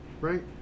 right